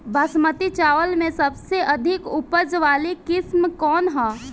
बासमती चावल में सबसे अधिक उपज वाली किस्म कौन है?